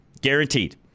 Guaranteed